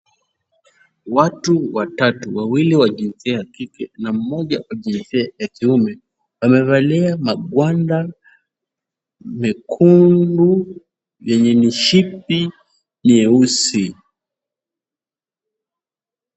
Watu watatu, wawili wa jinsia ya kike na mmoja wa jinsia ya kiume wamevalia magwanda mekundu yenye mishipi nyeusi